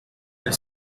elle